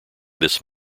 this